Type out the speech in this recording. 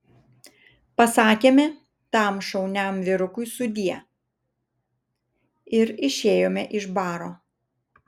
pasakėme tam šauniam vyrukui sudie ir išėjome iš baro